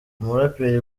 umuraperi